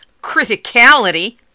criticality